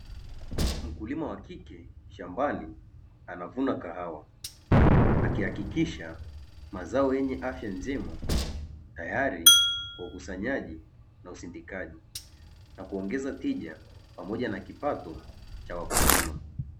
Mkulima wa kike shambani anavuna kahawa akihakikisha mazao yenye afya njema, tayari kwa ukusanyaji na usindikaji na kuongeza tija pamoja na kipato cha wakulima.